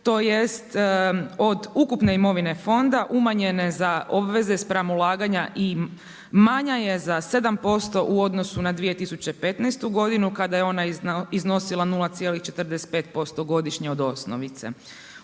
to jest od ukupne imovine fonda umanjene za obveze spram ulaganja i manja je za 7% u odnosu na 2015. godinu, kada je ona iznosila 0,45% godišnje od osnovice.